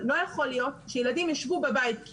לא יכול להיות שילדים ישבו בבית כי